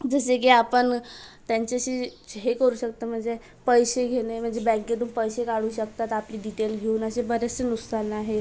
जसे की आपण त्यांच्याशी चे हे करू शकतो म्हणजे पैसे घेणे म्हणजे बँकेतून पैसे काढू शकतात आपली डिटेल घेऊन असे बरेचसे नुकसान आहे